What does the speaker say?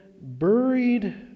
buried